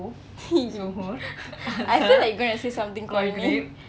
I feel like you're gonna say something corny